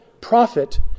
prophet